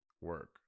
Work